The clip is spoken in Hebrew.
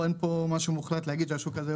אין פה משהו מוחלט להגיד על השוק הזה,